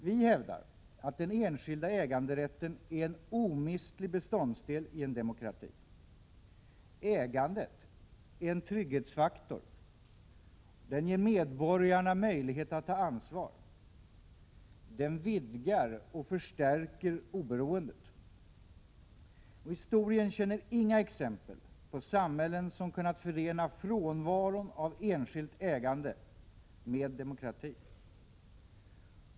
Vi hävdar att den enskilda äganderätten är en omistlig beståndsdel i en demokrati. Ägandet är en trygghetsfaktor. Den ger medborgarna möjlighet att ta ansvar. Den vidgar och förstärker oberoendet. Historien känner inga exempel på samhällen som kunnat förena frånvaron av enskilt ägande med demokrati.